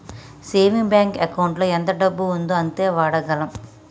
saving bank ఎకౌంటులో ఎంత డబ్బు ఉందో అంతే వాడగలం